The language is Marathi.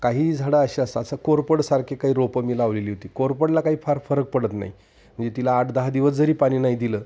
काही झाडं अशी असता असं कोरफडसारखे काही रोपं मी लावलेली होती कोरफडला काही फार फरक पडत नाही म्हणजे तिला आठ दहा दिवस जरी पाणी नाही दिलं